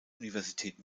universität